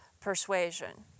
persuasion